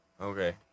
Okay